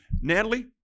Natalie